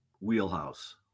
wheelhouse